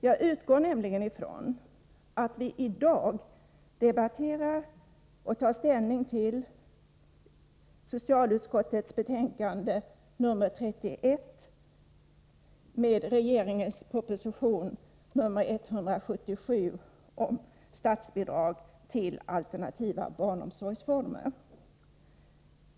Jag utgår nämligen ifrån att vi i dag debatterar och tar ställning till socialutskottets betänkande 31 med anledning av regeringens proposition 177 om statsbidrag till alternativa barnomsorgsformer.